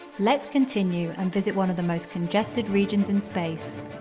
let's continue and visit one of the most congested regions in space